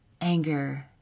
Anger